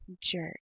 jerk